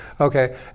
Okay